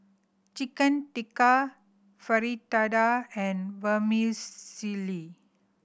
Chicken Tikka Fritada and Vermicelli